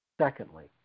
Secondly